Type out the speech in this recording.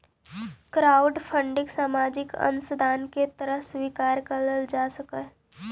crowdfunding सामाजिक अंशदान के तरह स्वीकार कईल जा सकऽहई